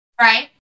right